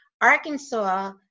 Arkansas